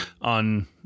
on